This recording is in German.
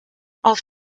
auf